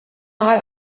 mal